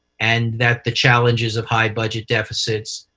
and that the challenges of high budget deficits,